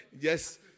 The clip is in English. yes